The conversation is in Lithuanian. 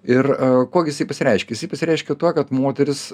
ir kuo gi jisai pasireiškia jisai pasireiškia tuo kad moteris